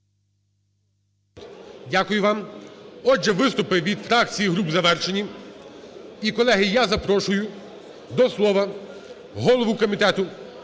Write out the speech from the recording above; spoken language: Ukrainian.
Дякую вам. Отже, виступи від фракцій груп завершені. І колеги, я запрошую до слова голову комітету